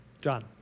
John